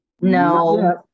No